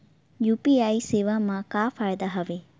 UPI सेवा मा का फ़ायदा हवे?